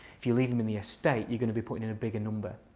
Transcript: if you leave them in the estate, you're going to be putting in a bigger number.